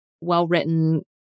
well-written